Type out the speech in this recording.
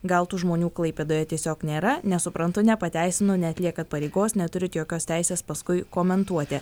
gal tų žmonių klaipėdoje tiesiog nėra nesuprantu nepateisinu neatlieka pareigos neturi jokios teisės paskui komentuoti